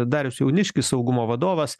darius jauniškis saugumo vadovas